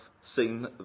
seen